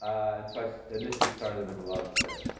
and so i initially started with a lot of it there,